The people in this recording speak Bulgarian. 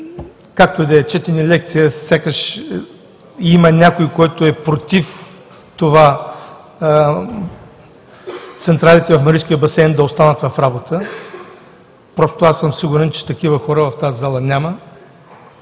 както и да е, чете ни лекция, сякаш има някой, който е против това централите в Маришкия басейн да останат в работа. Просто аз съм сигурен, че такива хора в тази зала няма,